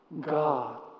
God